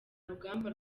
rugamba